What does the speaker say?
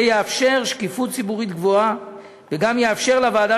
זה יאפשר שקיפות ציבורית גבוהה וגם יאפשר לוועדה